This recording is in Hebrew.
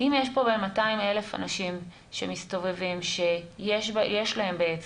אם יש פה 200,000 אנשים שמסתובבים שיש להם את